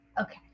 Okay